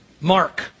Mark